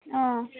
ಹಾಂ